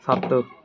ਸੱਤ